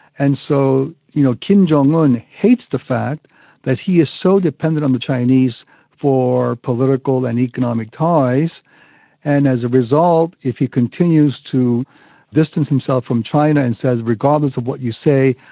and so you know kim jong-un hates the fact that he is so dependent on the chinese for political and economic ties and as a result if he continues to distance himself from china and says, regardless of what you say,